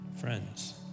friends